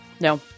No